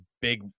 big